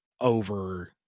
over